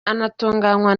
anatunganywa